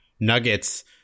Nuggets